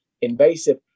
invasive